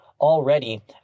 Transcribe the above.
Already